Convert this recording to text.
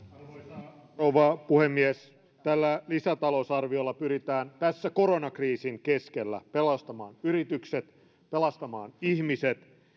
arvoisa rouva puhemies tällä lisätalousarviolla pyritään tässä koronakriisin keskellä pelastamaan yritykset pelastamaan ihmiset